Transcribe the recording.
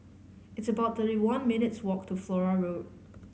it's about thirty one minutes' walk to Flora Road